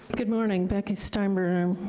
good morning, becky steinbruner.